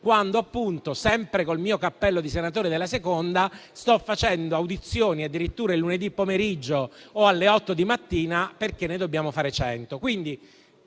appunto, sempre col mio cappello di senatore della 2a Commissione, sto facendo audizioni addirittura il lunedì pomeriggio o alle 8 di mattina, perché ne dobbiamo fare